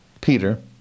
Peter